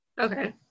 Okay